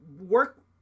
work